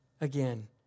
Again